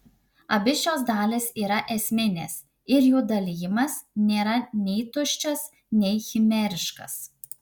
abi šios dalys yra esminės ir jų dalijimas nėra nei tuščias nei chimeriškas